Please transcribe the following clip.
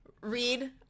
read